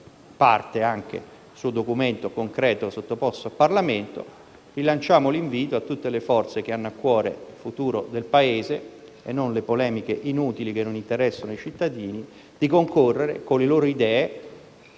parte del suo documento concreto sottoposto al Parlamento. Rilanciamo l'invito a tutte le forze che hanno a cuore il futuro del Paese, e non le polemiche inutili che non interessano i cittadini, di concorrere con le loro idee